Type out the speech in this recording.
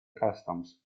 customs